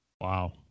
wow